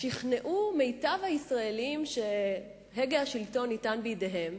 שכנעו מיטב הישראלים שהגה השלטון ניתן בידיהם